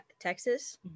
Texas